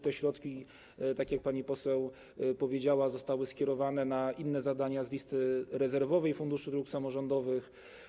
Te środki, tak jak pani poseł powiedziała, zostały skierowane na inne zadania z listy rezerwowej Funduszu Dróg Samorządowych.